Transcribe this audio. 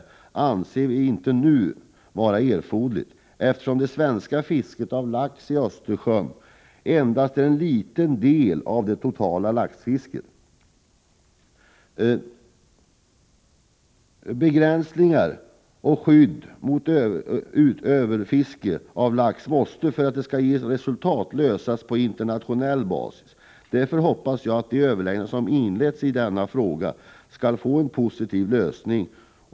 Men sådana anser vi inte nu vara erforderliga, eftersom det svenska laxfisket i Östersjön endast utgör en liten del av det totala laxfisket. Frågan om begränsningar av fisket och skydd mot överfiske av lax måste, för att resultat skall erhållas, lösas på internationell basis. Därför hoppas jag att de överläggningar i denna fråga som har inletts skall leda till en positiv lösning.